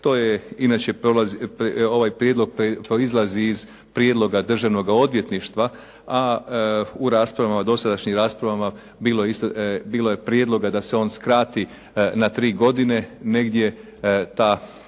To je, inače ovaj prijedlog proizlazi iz prijedloga državnoga odvjetništva, a u dosadašnjim raspravama bilo je prijedloga da se on skrati na 3 godine, negdje